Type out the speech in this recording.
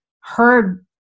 heard